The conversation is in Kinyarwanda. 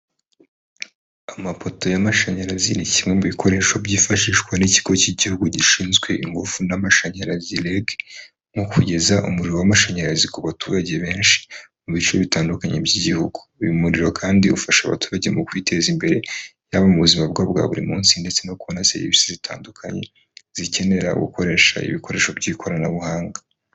Amapoto y'amashanyarazi ni kimwe mu bikoresho byifashishwa n'ikigo cy'igihugu gishinzwe ingufu n'amashanyarazi REG, mu kugeza umuriro w'amashanyarazi ku baturage benshi mu bice bitandukanye by'igihugu. Uyu muriro kandi ufasha abaturage mu kwiteza imbere haba mu buzima bwa buri munsi ndetse no kubona serivisi zitandukanye, zikenera gukoresha ibikoresho by'ikoranabuhanga.